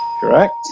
correct